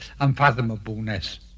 unfathomableness